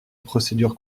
procédure